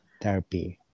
therapy